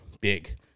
big